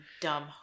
dumb